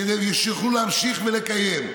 כדי שיוכלו להמשיך ולקיים.